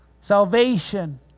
Salvation